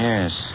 Yes